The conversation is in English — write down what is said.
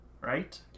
right